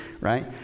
right